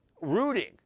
rooting